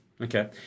Okay